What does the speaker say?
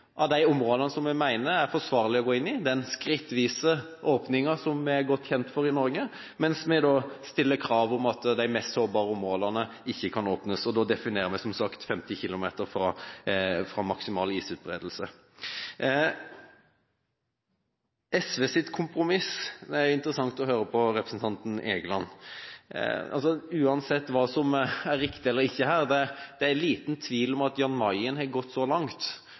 av de områdene som vi mener det er forsvarlig å gå inn i – den skrittvise åpningen som vi er godt kjent for i Norge – mens vi stiller krav om at de mest sårbare områdene ikke kan åpnes, og da definerer vi, som sagt, disse som 50 km fra maksimal isutbredelse. Når det gjelder SVs kompromiss, er det interessant å høre på representanten Egeland. Uansett hva som er riktig eller ikke, er det liten tvil om at Jan Mayen har gått så langt